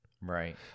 right